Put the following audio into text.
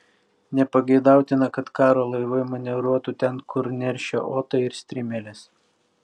nepageidautina kad karo laivai manevruotų ten kur neršia otai ir strimelės